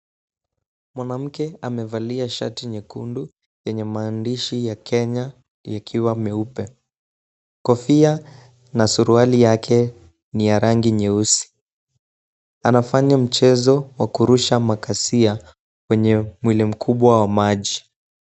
Mwanamke amevalia shati nyekundu yenye maandishi ya Kenya ikiwa meupe. Kofia na suruali yake ni ya rangi nyeusi. Anafanya chezo wa kurusha makasia kwenye mwili mkubwa wa maji.